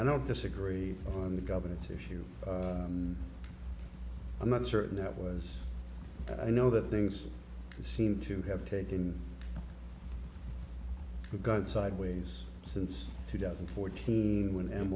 i don't disagree on the governance issue and i'm not certain that was i know that things seem to have taken the guide sideways since two thousand and fourteen when a